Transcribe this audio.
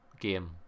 game